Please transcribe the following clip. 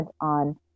on